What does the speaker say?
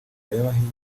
y’abahinde